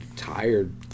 tired